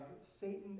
Satan